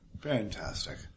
Fantastic